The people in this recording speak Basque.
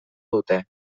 dute